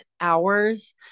hours